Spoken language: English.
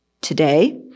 today